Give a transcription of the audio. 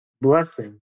blessing